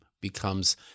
becomes